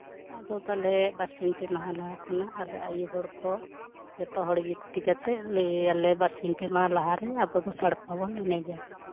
ᱟᱫᱚ ᱛᱟᱦᱚᱞᱮ ᱵᱟᱨᱥᱤᱧ ᱯᱮ ᱢᱟᱦᱟ ᱞᱟᱦᱟ ᱠᱷᱚᱱᱟᱜ ᱟᱞᱮ ᱟᱭᱩ ᱦᱚᱲ ᱠᱚ ᱡᱚᱛᱚ ᱦᱚᱲ ᱡᱩᱠᱛᱤ ᱠᱟᱛᱮᱜ ᱞᱮ ᱞᱟᱹᱭ ᱟᱞᱮ ᱵᱟᱨ ᱥᱤᱧ ᱯᱮ ᱢᱟᱦᱟ ᱞᱟᱦᱟᱨᱮ ᱟᱵᱚ ᱫᱚ ᱥᱟᱲᱯᱟ ᱵᱚᱱ ᱮᱱᱮᱡᱟ